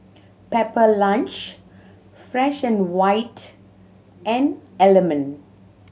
Pepper Lunch Fresh and White and Element